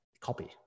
copy